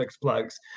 plugs